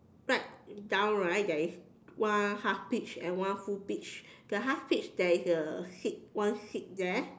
right down right there is one half peach and one full peach the half peach there is a seed one seed there